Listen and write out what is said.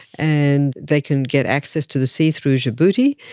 and they can get access to the sea through djibouti.